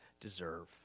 deserve